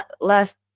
last